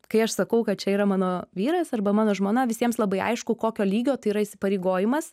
kai aš sakau kad čia yra mano vyras arba mano žmona visiems labai aišku kokio lygio tai yra įsipareigojimas